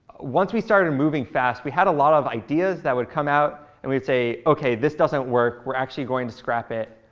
once we started moving fast, we had a lot of ideas that would come out, and we would say, ok, this doesn't work. we're actually going to scrap it.